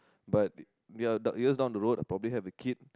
but ya down years down the road I probably have a kid